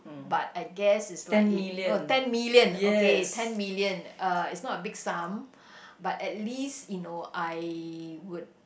but I guess is like oh ten million okay ten million uh it's not a big sum but at least you know I would